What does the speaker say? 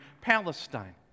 Palestine